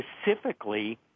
specifically